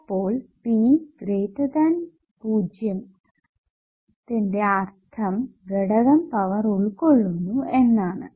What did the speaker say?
അപ്പോൾ P 0 യുടെ അർത്ഥം ഘടകം പവർ ഉൾകൊള്ളുന്നു എന്നാണു